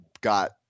got